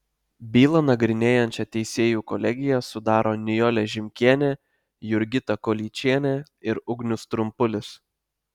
bylą nagrinėjančią teisėjų kolegiją sudaro nijolė žimkienė jurgita kolyčienė ir ugnius trumpulis